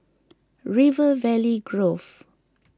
River Valley Grove